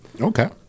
Okay